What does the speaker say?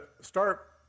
start